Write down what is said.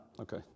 okay